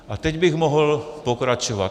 A teď bych mohl pokračovat.